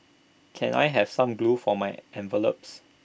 can I have some glue for my envelopes